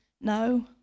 no